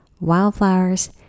wildflowers